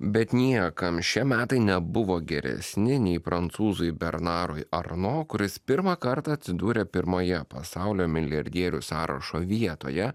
bet niekam šie metai nebuvo geresni nei prancūzui bernarui arno kuris pirmą kartą atsidūrė pirmoje pasaulio milijardierių sąrašo vietoje